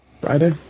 Friday